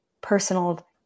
personal